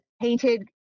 painted